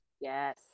Yes